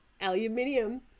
aluminium